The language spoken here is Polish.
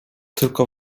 tylko